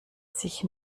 sich